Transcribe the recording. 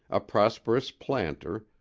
a prosperous planter,